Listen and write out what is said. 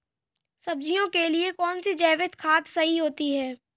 सब्जियों के लिए कौन सी जैविक खाद सही होती है?